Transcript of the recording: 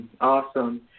Awesome